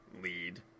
lead